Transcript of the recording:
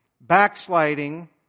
Backsliding